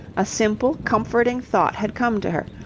a simple, comforting thought had come to her,